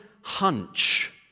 hunch